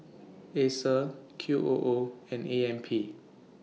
Acer Q O O and A M P